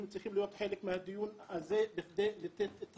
הם צריכים להיות חלק מהדיון הזה בכדי לתת את